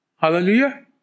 Hallelujah